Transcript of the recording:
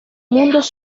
mundos